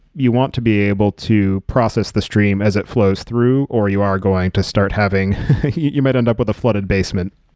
you want to be able to process the stream as it flows through or you are going to start having you might end up with a flooded basement.